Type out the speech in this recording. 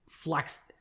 flex